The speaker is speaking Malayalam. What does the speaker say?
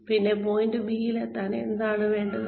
പിന്നെ പോയിന്റ് ബിയിൽ എത്താൻ എന്താണ് വേണ്ടത്